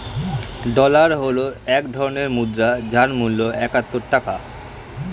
dollar হল এক ধরনের মুদ্রা যার মূল্য একাত্তর টাকা